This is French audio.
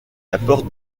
apporte